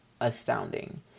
astounding